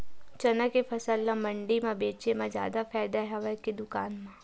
चना के फसल ल मंडी म बेचे म जादा फ़ायदा हवय के दुकान म?